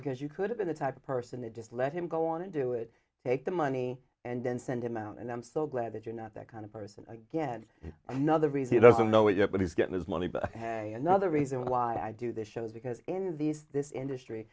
because you could've been the type of person that just let him go on and do it take the money and then send him out and i'm so glad that you're not that kind of person again another reason doesn't know it yet but he's getting his money but another reason why i do this shows because in these this industry